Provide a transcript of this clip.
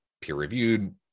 peer-reviewed